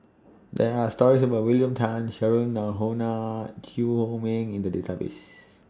There Are stories about William Tan Cheryl Noronha Chew Chor Meng in The Database